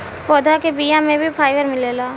पौधा के बिया में भी फाइबर मिलेला